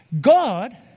God